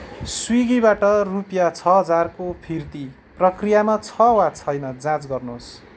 स्विगीबाट रुपियाँ छ हजारको फिर्ती प्रक्रियामा छ वा छैन जाँच गर्नुहोस्